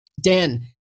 Dan